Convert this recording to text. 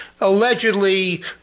Allegedly